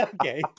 Okay